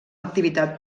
activitat